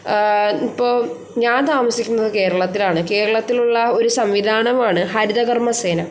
ഇപ്പോൾ ഞാൻ താമസിക്കുന്നത് കേരളത്തിലാണ് കേരളത്തിലുള്ള ഒരു സംവിധാനമാണ് ഹരിത കർമ്മസേന